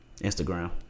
Instagram